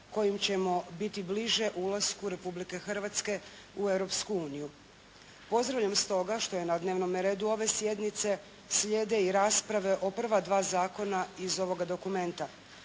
kojim ćemo biti bliže ulasku Republike Hrvatske u Europsku uniju. Pozdravljam stoga što na dnevnome redu ove sjednice slijede i rasprave o prva dva zakona iz ovoga dokumenta;